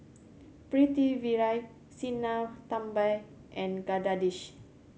Pritiviraj Sinnathamby and Jagadish